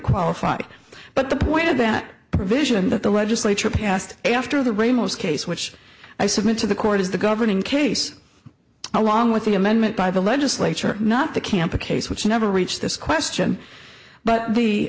qualify but the point of that provision that the legislature passed after the ramos case which i submit to the court is the governing case along with the amendment by the legislature not the camp a case which never reached this question but the